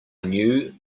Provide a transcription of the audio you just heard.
new